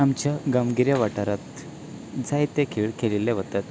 आमच्या गांवगिऱ्या वाटारांत जायते खेळ खेळिल्ले वतात